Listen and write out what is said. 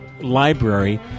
Library